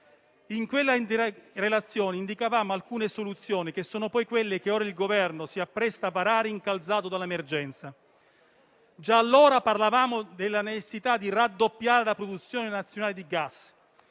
In quella relazione indicavamo alcune soluzioni, che sono poi quelle che ora il Governo si appresta a varare incalzato dall'emergenza. Già allora parlavamo della necessità di raddoppiare la produzione nazionale di gas,